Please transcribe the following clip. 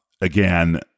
Again